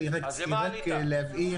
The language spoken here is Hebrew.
ואני חוזר על ההצעה של הרשות להגנת הצרכן.